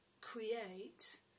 create